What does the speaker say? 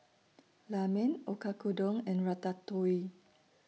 Ramen Oyakodon and Ratatouille